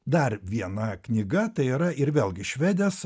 dar viena knyga tai yra ir vėlgi švedės